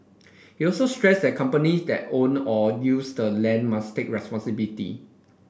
he also stressed that companies that own or use the land must take responsibility